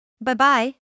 Bye-bye